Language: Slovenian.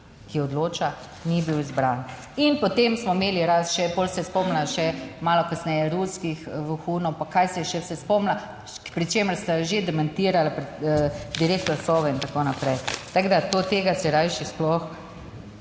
ki odloča, ni bil izbran. In potem smo imeli / nerazumljivo/ še, pol se je spomnila še malo kasneje ruskih vohunov, pa kaj se je še se spomnila, pri čemer sta jo že demantirala direktor Sove in tako naprej, tako da tega se rajši sploh,